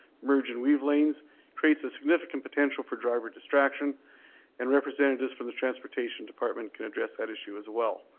merge and weave lanes creates a significant potential for driver distraction and representatives from the transportation department can address that issue as well.